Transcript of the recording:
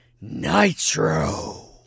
Nitro